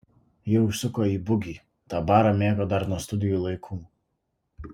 ji užsuko į bugį tą barą mėgo dar nuo studijų laikų